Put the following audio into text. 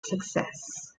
success